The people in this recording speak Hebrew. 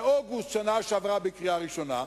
באוגוסט בשנה שעברה בקריאה ראשונה,